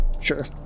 Sure